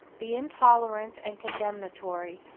the intolerant and condemnatory,